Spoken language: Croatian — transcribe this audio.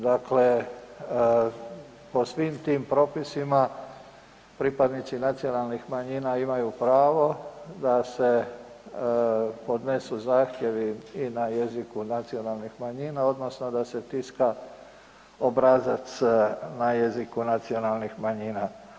Dakle, po svim tim propisima, pripadnici nacionalnih manjina imaju pravo da se podnesu zahtjevi i na jeziku nacionalnih manjina, odnosno da se tiska obrazac na jeziku nacionalnih manjina.